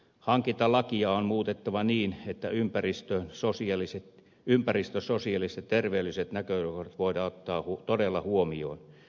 hankintalakia on muutettava niin että ympäristö sosiaaliset ja terveydelliset näkökohdat voidaan todella ottaa huomioon